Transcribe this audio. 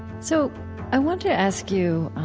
so i want to ask you